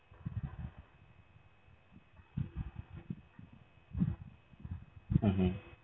mmhmm